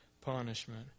punishment